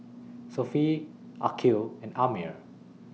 Sofea Aqil and Ammir